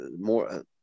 more